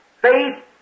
faith